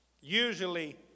Usually